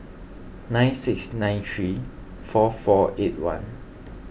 nine six nine three four four eight one